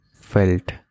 felt